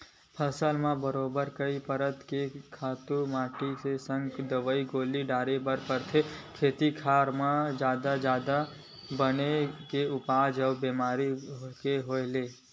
फसल म बरोबर कई परत के तो खातू माटी के संग दवई गोली डारे बर परथे, खेत खार मन म जादा जादा बन के उपजे अउ बेमारी के होय ले